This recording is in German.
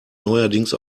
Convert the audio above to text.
neuerdings